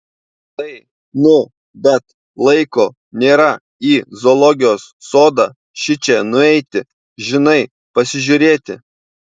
tai nu bet laiko nėra į zoologijos sodą šičia nueiti žinai pasižiūrėti